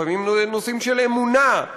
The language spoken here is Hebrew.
לפעמים נושאים של אמונה,